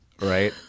right